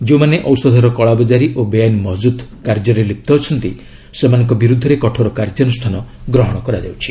ଯେଉଁମାନେ ଔଷଧର କଳାବଜାରୀ ଓ ବେଆଇନ୍ ମହକୁଦ୍ କାର୍ଯ୍ୟରେ ଲିପ୍ତ ଅଛନ୍ତି ସେମାନଙ୍କ ବିରୁଦ୍ଧରେ କଠୋର କାର୍ଯ୍ୟାନୁଷ୍ଠାନ ଗ୍ରହଣ କରାଯାଉଛି